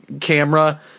camera